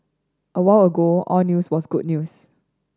a while ago all news was good news